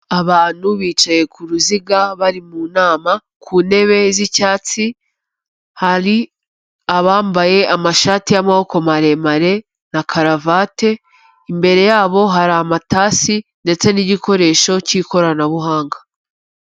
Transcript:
Abantu bicaye ku ruziga bari mu nama ku ntebe z'icyatsi, hari abambaye amashati y'amaboko maremare na karavate, imbere yabo hari amatasi ndetse n'igikoresho k'ikoranabuhanga.